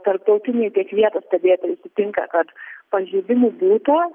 tarptautiniai tiek vietos stebėtojai sutinka kad pažeidimų būta